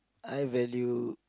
I value